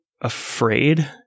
afraid